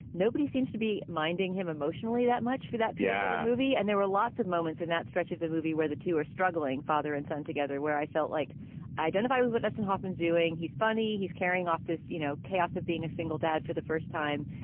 nobody seems to be minding him emotionally that much for that yeah movie. and there were lots of moments in that stretch of the movie where the two are struggling, father and son together, where i felt like identify with with dustin hoffman doing. he's funny. he's carrying off this, you know, chaos of being a single dad for the first time.